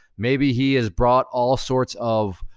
maybe he has brought all sorts of,